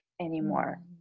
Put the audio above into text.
anymore